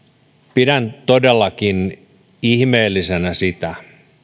pidän todellakin ihmeellisenä ja ihmettelen sitä